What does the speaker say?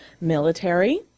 military